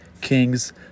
Kings